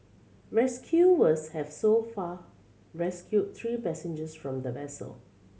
rescuers have so far rescued three passengers from the vessel